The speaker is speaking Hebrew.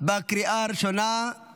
בקריאה הראשונה.